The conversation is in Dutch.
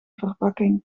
verpakking